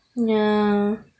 ya